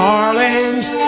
Darlings